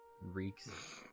Reeks